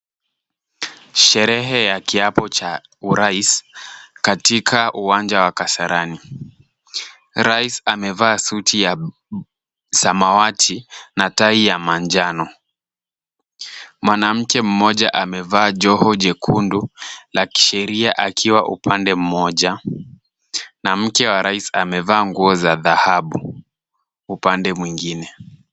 Sherehe ya kiapo cha urais katika uwanja wa Kasarani. Rais amevaa suti ya samawati nadai ya manjano. Mwanamke mmoja amevaa joho jekundu la kisheria akiwa upande mmoja na mke wa rais amevaa nguo za dhahabu upande mwingine.